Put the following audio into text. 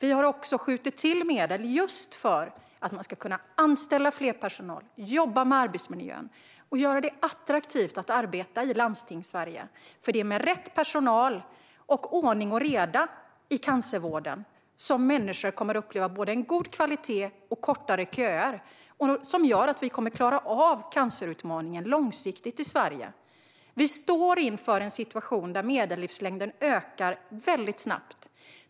Vi har dessutom skjutit till medel för att man ska kunna anställa mer personal, jobba med arbetsmiljön och göra det attraktivt att arbeta i Landstingssverige. Det är med rätt personal och med ordning och reda i cancervården som människor kommer att uppleva både en god kvalitet och kortare köer. Det gör att vi långsiktigt kommer att klara av cancerutmaningen i Sverige. Vi står inför en situation där medellivslängden ökar väldigt snabbt.